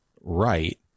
right